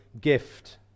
gift